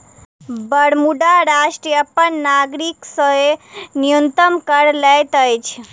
Bermuda राष्ट्र अपन नागरिक से न्यूनतम कर लैत अछि